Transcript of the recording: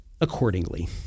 accordingly